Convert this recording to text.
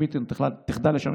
אם לא, אני מוכן להקריא שנית.